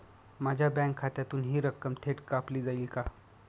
माझ्या बँक खात्यातून हि रक्कम थेट कापली जाईल का?